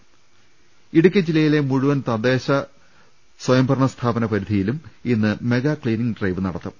ലലലലലലലലലലലല ഇടുക്കി ജില്ലയിലെ മുഴുവൻ തദ്ദേശ സ്വയംഭരണ സ്ഥാപന പ്രിധിയിലും ഇന്ന് മെഗാ ക്ലീനിങ് ഡ്രൈവ് നടത്തും